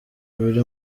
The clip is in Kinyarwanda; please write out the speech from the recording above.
biri